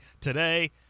Today